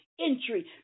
entry